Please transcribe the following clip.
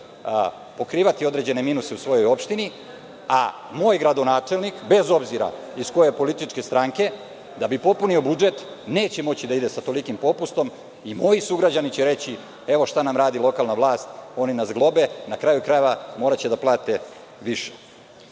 pokrivati određene minuse u svojoj opštini, a moj gradonačelnik, bez obzira iz koje je političke stranke, da bi popunio budžet neće moći da ide sa tolikim popustom i moji sugrađani će reći - evo šta nam radi lokalna vlast, oni nas globe. Na kraju krajeva, moraće da plate više. Šta